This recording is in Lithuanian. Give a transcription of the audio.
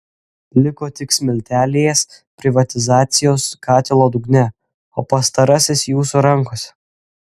liko tik smiltelės privatizacijos katilo dugne o pastarasis jūsų rankose